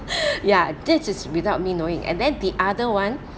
ya this is without me knowing and then the other one